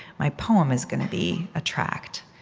my poem is going to be a tract.